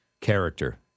character